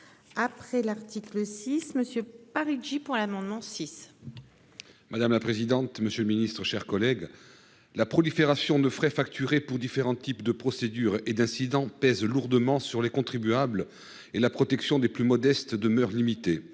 Après l'article 6 Monsieur Paris pour l'amendement six. Madame la présidente. Monsieur le Ministre, chers collègues, la prolifération ne frais facturés pour différents types de procédures et d'incidents pèse lourdement sur les contribuables et la protection des plus modestes demeure limité.